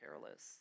Careless